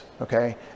okay